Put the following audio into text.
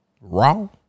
Wrong